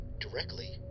directly